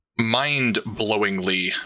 mind-blowingly